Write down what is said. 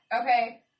okay